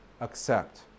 accept